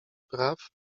praw